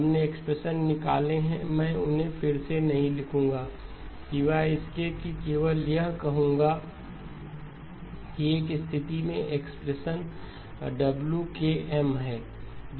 हमने एक्सप्रेशन निकाले हैं मैं उन्हें फिर से नहीं लिखूंगा सिवाय इसके कि केवल यह कहुंगा कि एक स्थिति में एक्सप्रेशन WkM है